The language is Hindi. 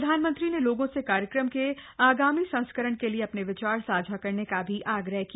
प्रधानमंत्री ने लोगों से कार्यक्रम के आगामी संस्करण के लिए अपने विचार साझा करने का भी आग्रह किया